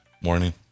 morning